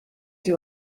sie